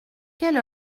quelle